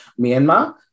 Myanmar